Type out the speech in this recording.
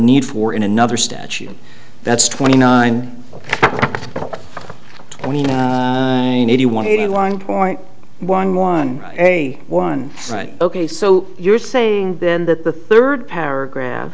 need for in another statute that's twenty nine twenty nine eighty one eighty one point one one day one right ok so you're saying then that the third paragraph